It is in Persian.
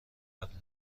قبله